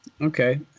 Okay